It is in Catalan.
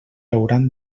hauran